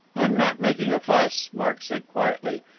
i'm not making a fuss, mark said quietly,